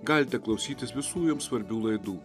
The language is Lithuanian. galite klausytis visų jums svarbių laidų